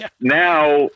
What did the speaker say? Now